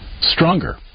stronger